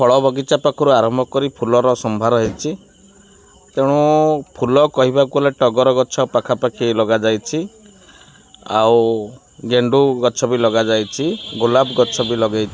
ଫଳ ବଗିଚା ପାଖରୁ ଆରମ୍ଭ କରି ଫୁଲର ସମ୍ଭାର ହେଇଛି ତେଣୁ ଫୁଲ କହିବାକୁ ଗଲେ ଟଗର ଗଛ ପାଖାପାଖି ଲଗାଯାଇଛି ଆଉ ଗେଣ୍ଡୁ ଗଛ ବି ଲଗାଯାଇଛି ଗୋଲାପ ଗଛ ବି ଲଗେଇଛି